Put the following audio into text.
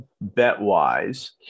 bet-wise